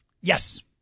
Yes